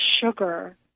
sugar